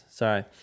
Sorry